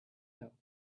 know